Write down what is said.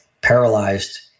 paralyzed